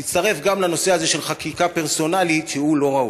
תצטרף גם לנושא הזה של חקיקה פרסונלית שהוא לא ראוי.